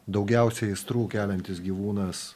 daugiausiai aistrų keliantis gyvūnas